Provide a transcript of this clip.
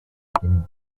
beginning